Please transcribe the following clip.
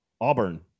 Auburn